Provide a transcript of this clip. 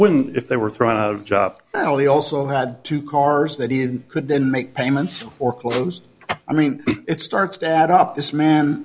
wouldn't if they were thrown out of jobs he also had two cars that he could then make payments foreclose i mean it starts to add up this man